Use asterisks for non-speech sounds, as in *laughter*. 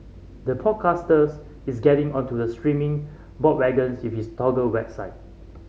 the broadcasters is getting onto the streaming bandwagon *unintelligible* with its Toggle website